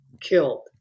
killed